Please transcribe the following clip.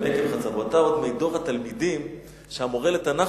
אתה עוד מדור התלמידים שהמורה לתנ"ך